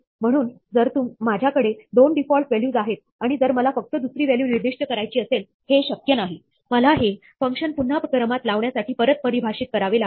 म्हणून जर माझ्याकडे 2 डिफॉल्ट व्हॅल्यूज आहेतआणि जर मला फक्त दुसरी व्हॅल्यू निर्दिष्ट करायची असेल हे शक्य नाहीमला हे फंक्शन पुन्हा क्रमात लावण्यासाठी परत परिभाषित करावे लागेल